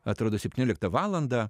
atrodo septynioliktą valandą